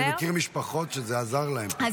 אני מכיר משפחות שזה עזר להן, משפחות שכולות.